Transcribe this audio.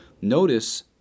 Notice